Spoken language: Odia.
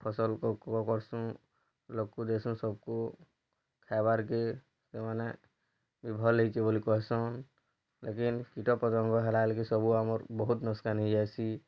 ଫସଲ ଉପଭୋଗ କର୍ସୁଁ ଲୋକକୁ ଦେସୁଁ ସବ୍କୁ ଖାଇବାର୍ କେ ତାମାନେ ବି ଭଲହେଇଛି ବୋଲି କହେସନ୍ ଲେକିନ୍ କୀଟପତଙ୍ଗ ହେଲାଲିକି ସବୁ ଆମର ବହୁତ୍ ନୁସକାନ୍ ହେଇଯାଇସି